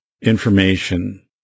information